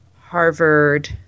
Harvard